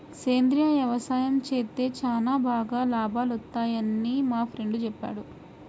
సేంద్రియ యవసాయం చేత్తే చానా బాగా లాభాలొత్తన్నయ్యని మా ఫ్రెండు చెప్పాడు